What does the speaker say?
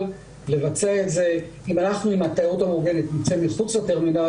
אבל אם אנחנו עם התיירות המאורגנת נבצע את זה מחוץ לטרמינל